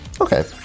okay